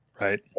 Right